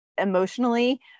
emotionally